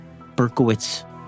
Berkowitz